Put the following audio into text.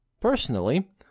Personally